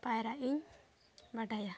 ᱯᱟᱭᱨᱟᱜ ᱤᱧ ᱵᱟᱰᱟᱭᱟ